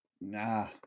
Nah